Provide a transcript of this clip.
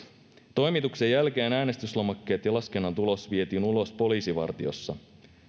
toimituksen jälkeen äänestyslomakkeet ja laskennan tulos vietiin ulos poliisivartiossa